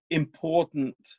important